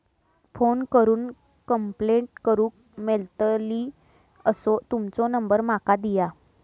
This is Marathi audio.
फोन करून कंप्लेंट करूक मेलतली असो तुमचो नंबर माका दिया?